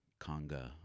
Conga